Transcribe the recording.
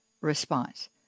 response